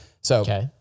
So-